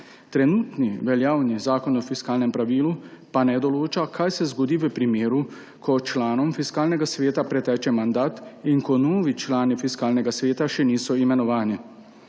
Trenutni veljavni zakon o fiskalnem pravilu pa ne določa, kaj se zgodi v primeru, ko članom Fiskalnega sveta preteče mandat in ko novi člani Fiskalnega sveta še niso imenovani.